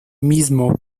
mismo